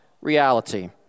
reality